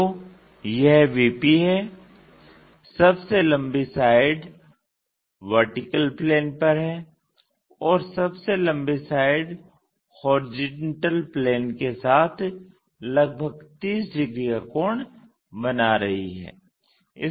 तो VP यह है सबसे लंबा वाला सबसे लंबा VP पर है और सबसे लंबा HP के साथ लगभग 30 डिग्री का कोण बना रहा है